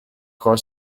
car